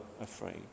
afraid